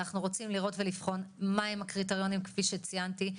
ואנחנו רוצים לראות ולבחון מהם הקריטריונים כפי שציינתי,